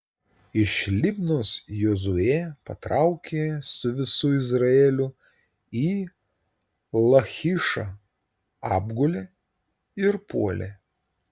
iš libnos jozuė patraukė su visu izraeliu į lachišą apgulė ir puolė